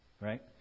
Right